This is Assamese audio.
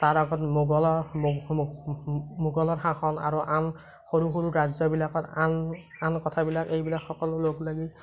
তাৰ আগত মোগলৰ শাসন আৰু আন সৰু সৰু ৰাজ্যবিলাকত আন আন কথাবিলাক এইবিলাক সকলো লগলাগি